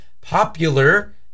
popular